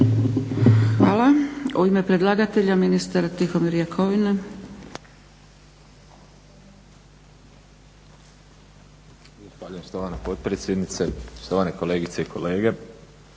Hvala. U ime predlagatelja, ministar Tihomir Jakovina.